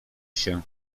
się